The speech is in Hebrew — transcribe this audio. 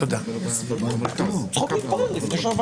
בבקשה.